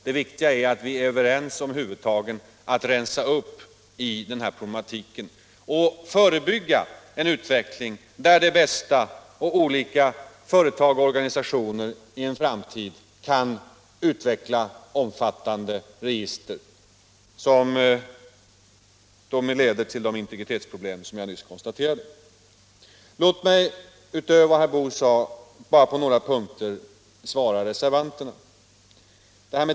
Det viktiga är att vi är överens om huvudtagen: att rensa upp i den här problematiken och förebygga en utveckling, där Det Bästa och andra företag och organisationer i en framtid - kan upprätta omfattande register som leder till de integritetsproblem som jag nyss nämnde. Låt mig utöver vad herr Boo sade bara på några punkter svara reservanterna.